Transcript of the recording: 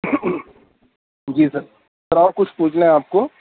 جی sir sir اور کچھ پوچھنا ہے آپ کو